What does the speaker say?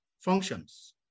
functions